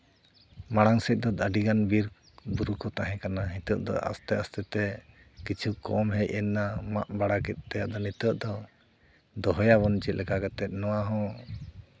ᱢᱟᱲᱟᱝ ᱥᱮᱫ ᱫᱚ ᱟᱹᱰᱤᱜᱟᱱ ᱵᱤᱨᱼᱵᱩᱨᱩ ᱠᱚ ᱛᱟᱦᱮᱸ ᱠᱟᱱᱟ ᱱᱤᱛᱚᱜ ᱫᱚ ᱟᱥᱛᱮ ᱟᱥᱛᱮ ᱛᱮ ᱠᱤᱪᱷᱩ ᱠᱚᱢ ᱦᱮᱡ ᱮᱱᱟ ᱢᱟᱜ ᱵᱟᱲᱟ ᱠᱮᱜ ᱛᱮ ᱱᱤᱛᱚᱜ ᱫᱚ ᱫᱚᱦᱚᱭᱟᱵᱚᱱ ᱪᱮᱫ ᱞᱮᱠᱟ ᱠᱟᱛᱮ ᱱᱚᱣᱟ ᱦᱚᱸ